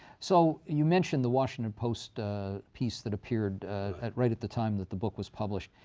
so you mention the washington post piece that appeared at right at the time that the book was published.